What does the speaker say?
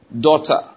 daughter